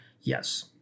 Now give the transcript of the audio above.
Yes